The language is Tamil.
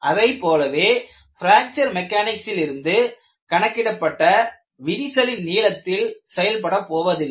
அதைப்போலவே பிராக்ச்சர் மெக்கானிக்ஸிலிருந்து கணக்கிடப்பட்ட விரிசலின் நீளத்தில் செயல்படப் போவதில்லை